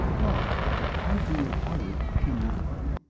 lud, if i do without it, can not you?